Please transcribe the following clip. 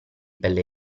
pelle